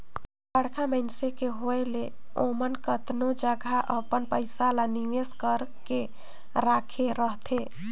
बड़खा मइनसे के होए ले ओमन केतनो जगहा अपन पइसा ल निवेस कइर के राखे रहथें